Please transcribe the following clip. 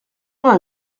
vingt